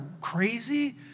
crazy